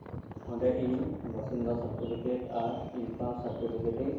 ᱚᱱᱰᱮ ᱤᱧ ᱵᱟᱥᱤᱱᱫᱟ ᱥᱟᱨᱴᱤᱯᱷᱤᱠᱤᱴ ᱟᱨ ᱤᱱᱠᱟᱢ ᱥᱟᱨᱴᱤᱯᱷᱤᱠᱮᱴ ᱤᱧ